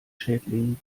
schädlingen